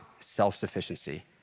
self-sufficiency